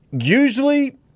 usually